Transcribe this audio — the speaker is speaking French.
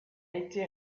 été